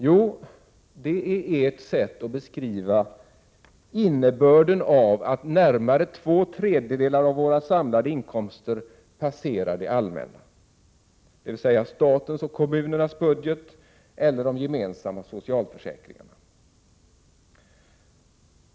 Jo, det är ert sätt att beskriva innebörden av att närmare två tredjedelar av våra samlade inkomster passerar det allmänna, dvs. statens och kommunernas budget eller de gemensamma socialförsäkringarna.